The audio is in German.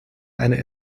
eine